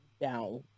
down